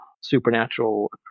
supernatural